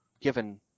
given